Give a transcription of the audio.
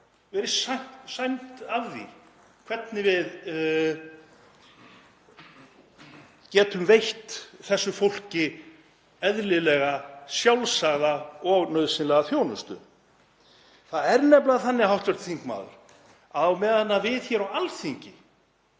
verið sæmd af því hvernig við getum veitt þessu fólki eðlilega, sjálfsagða og nauðsynlega þjónustu. Það er nefnilega þannig, hv. þingmaður, að á meðan við hér á Alþingi